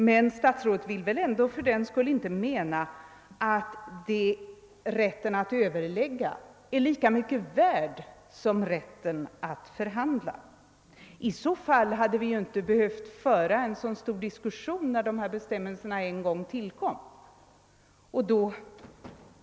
Men statsrådet vill väl fördenskull inte påstå, att rätten att överlägga är lika mycket värd som rätten att förhandla. I så fall hade vi inte behövt föra en så omfattande diskussion när dessa bestämmelser en gång infördes.